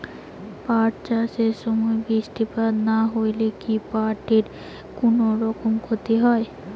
পাট চাষ এর সময় বৃষ্টিপাত না হইলে কি পাট এর কুনোরকম ক্ষতি হয়?